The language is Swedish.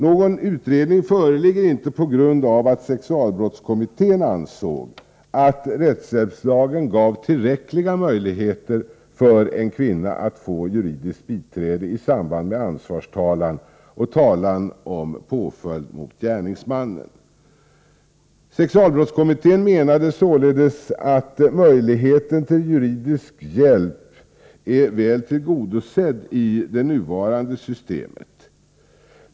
Någon utredning föreligger inte, på grund av att sexualbrottskommittén ansåg att rättshjälpslagen gav tillräckliga möjligheter för en kvinna att få juridiskt biträde i samband med ansvarstalan och talan om påföljd mot gärningsmannen. Sexualbrottskommittén menade således att möjligheten till juridisk hjälp är väl tillgodosedd i det nuvarande systemet.